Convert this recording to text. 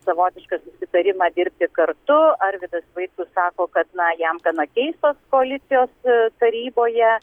savotišką susitarimą dirbti kartu arvydas vaitkus sako kad na jam gana keista koalicijos taryboje